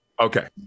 Okay